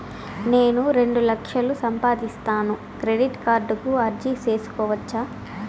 నేను రెండు లక్షలు సంపాదిస్తాను, క్రెడిట్ కార్డుకు అర్జీ సేసుకోవచ్చా?